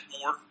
more